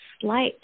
slight